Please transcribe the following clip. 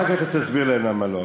אחר כך אתה תסביר להם למה לא,